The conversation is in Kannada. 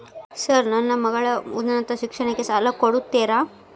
ಸರ್ ನನ್ನ ಮಗಳ ಉನ್ನತ ಶಿಕ್ಷಣಕ್ಕೆ ಸಾಲ ಕೊಡುತ್ತೇರಾ?